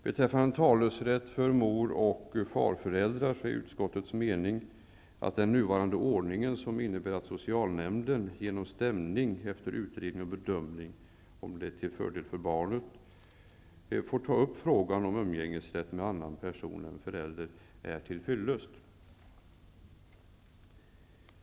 Beträffande talesrätt för mor och farföräldrar är utskottets mening att den nuvarande ordningen, som innebär att socialnämnd genom stämning -- efter utredning och bedömning av om det det är till fördel för barnet -- får ta upp frågan om umgängesrätt med annan person än förälder, är tillfyllest.